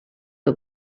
que